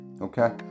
okay